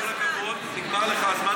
עם כל הכבוד, נגמר לך הזמן.